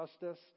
justice